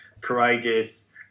courageous